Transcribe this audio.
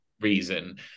reason